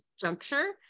juncture